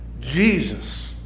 jesus